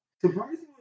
Surprisingly